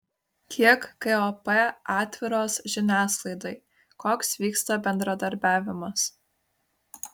kiek kop atviros žiniasklaidai koks vyksta bendradarbiavimas